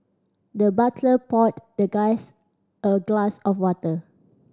the butler poured the guest a glass of water